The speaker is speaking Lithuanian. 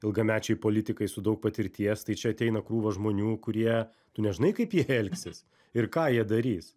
ilgamečiai politikai su daug patirties tai čia ateina krūva žmonių kurie tu nežinai kaip jie elgsis ir ką jie darys